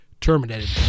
terminated